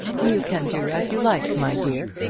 you can do as you like, my dear,